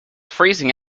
freezing